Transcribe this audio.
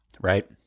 right